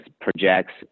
projects